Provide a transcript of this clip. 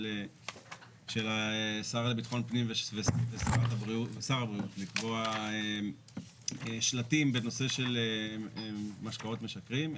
השר לביטחון פנים ושר הבריאות לקבוע שלטים בנושא משקאות משכרים,